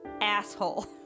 asshole